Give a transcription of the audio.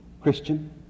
Christian